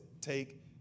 Take